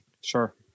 Sure